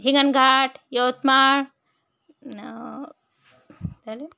हिंगणघाट यवतमाळ चालेल